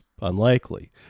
unlikely